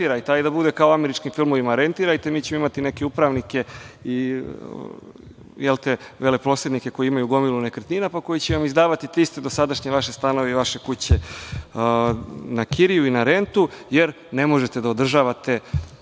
da bude kao u američkim filmovima, rentirajte mi ćemo imati neke upravnike i veleposednike koji imaju gomilu nekretnina, pa koji će vam izdavati te iste dosadašnje vaše stanove i vaše kuće na kiriju i na rentu, jer ne možete da održavate